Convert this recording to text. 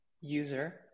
user